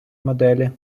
моделі